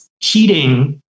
cheating